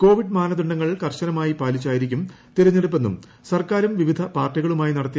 കോവിി്സ് മാനദണ്ഡങ്ങൾ കർശനമായി പാലിച്ചായിരിക്കും തിരഞ്ഞെടുപ്പെന്നും സർക്കാരും വിവിധ പാർട്ടികളുമായി നടത്തിയി